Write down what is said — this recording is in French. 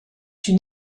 une